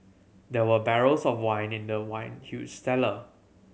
there were barrels of wine in the wine huge cellar